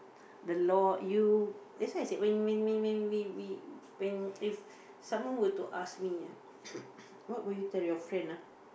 the law you that's why I said when when when when when we we when if someone were to ask me ah what would you tell your friend ah